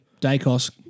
Dacos